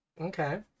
Okay